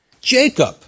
Jacob